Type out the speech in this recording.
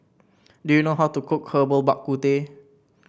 do you know how to cook Herbal Bak Ku Teh